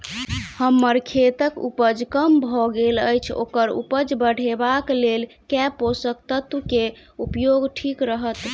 हम्मर खेतक उपज कम भऽ गेल अछि ओकर उपज बढ़ेबाक लेल केँ पोसक तत्व केँ उपयोग ठीक रहत?